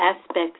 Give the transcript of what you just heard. aspects